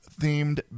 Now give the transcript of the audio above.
themed